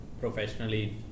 Professionally